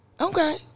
Okay